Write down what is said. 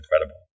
incredible